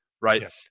right